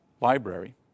library